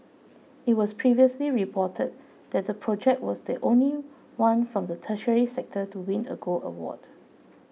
it was previously reported that the project was the only one from the tertiary sector to win a gold award